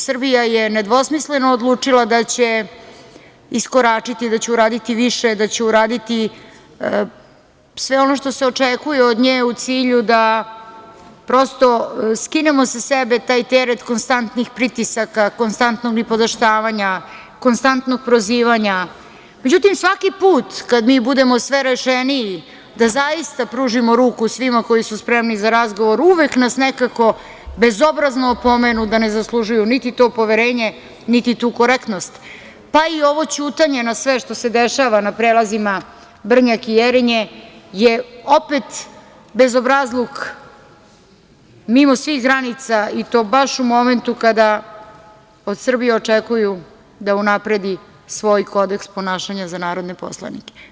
Srbija je nedvosmisleno odlučila da će iskoračiti i da će uraditi više i da će uraditi sve ono što se očekuje od nje u cilju da prosto skinemo sa sebe taj teret, konstantnih pritisaka, konstantnog nipodaštavanja, konstantnog prozivanja, ali svaki put kada mi budemo sve rešeniji, i da zaista pružimo ruku svima koji su spremni za razgovor, uvek nas nekako bezobrazno opomenu da ne zaslužuju niti to poverenje, niti tu korektnost, pa i ovo ćutanje na sve što se dešava, na prelazima Brnjak i Jerinje, je opet bezobrazluk, mimo svih granica i to baš u momentu kada od Srbije očekuju da unapredi svoj kodeks ponašanja za narodne poslanike.